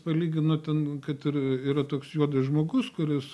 palygino ten kad ir yra toks juodas žmogus kuris